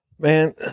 Man